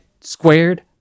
Squared